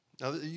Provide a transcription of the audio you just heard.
Now